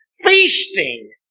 feasting